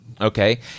Okay